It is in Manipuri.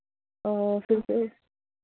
ꯑꯣ